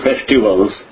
festivals